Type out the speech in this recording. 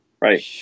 Right